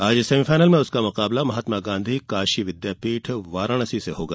आज सेमीफायनल में उसका मुकाबला महात्मा गांधी काशी विद्यापीठ वाराणसी से होगा